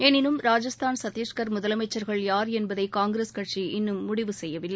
எனினும் ராஜஸ்தான் சத்திஷ்கர் முதலமைச்சர்கள் யார் என்பதை காங்கிரஸ் கட்சி இன்னும் முடிவு செய்யவில்லை